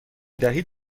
دهید